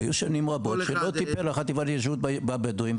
היו שנים רבות שלא טיפלה החטיבה להתיישבות בבדואים,